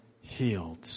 healed